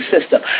system